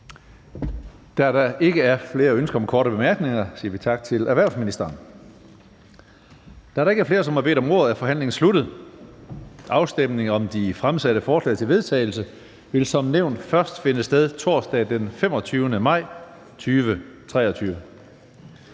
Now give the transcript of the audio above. Da der ikke er flere ønsker om korte bemærkninger, siger vi tak til erhvervsministeren. Da der ikke er flere, som har bedt om ordet, er forhandlingen sluttet. Afstemningen om de fremsatte forslag til vedtagelse vil som nævnt først finde sted torsdag den 25. maj 2023.